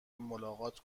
ملاقات